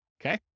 Okay